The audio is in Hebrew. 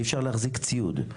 אי אפשר להחזיק ציוד,